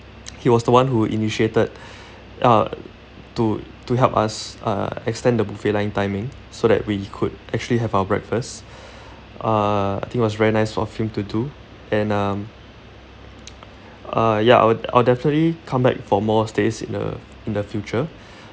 he was the one who initiated uh to to help us uh extend the buffet line timing so that we could actually have our breakfast uh I think it was very nice of him to do and um uh ya I'll I'll definitely come back for more stays in the in the future